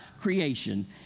creation